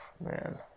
Man